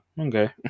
okay